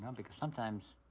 um because sometimes,